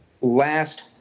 last